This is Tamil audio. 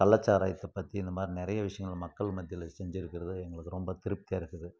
கள்ளசாராயத்தை பற்றி இந்தமாதிரி நிறைய விஷயங்கள மக்கள் மத்தியில் செஞ்சுருக்குறது எங்களுக்கு ரொம்ப திருப்தியாக இருக்குது